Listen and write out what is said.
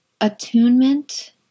attunement